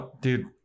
dude